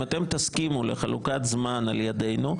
אם אתם תסכימו לחלוקת זמן על ידינו,